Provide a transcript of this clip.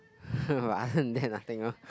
but other than that nothing lor